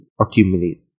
accumulate